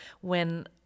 when-